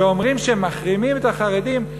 ואומרים שמחרימים את החרדים,